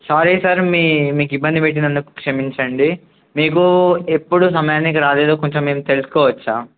sorry sir మీ మీకు ఇబ్బంది పెట్టినందుకు క్షమించండి మీకు ఎప్పుడూ సమయానికి రాలేదో కొంచం మేము తెలుసుకోవచ్చా